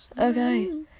Okay